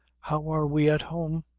how are we at home?